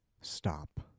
stop